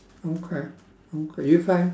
okay okay you find